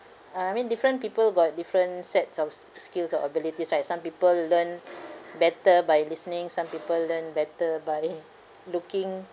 uh I mean different people got different sets of s~ skills or abilities right some people learn better by listening some people learn better by looking